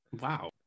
Wow